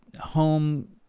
home